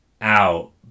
out